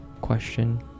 question